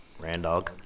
Randog